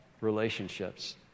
relationships